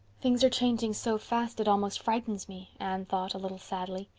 things are changing so fast it almost frightens me, anne thought, a little sadly.